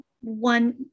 one